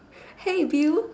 hey bill